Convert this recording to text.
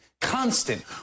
constant